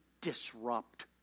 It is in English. disrupt